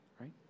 right